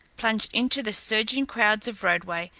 plunged into the surging crowds of broadway,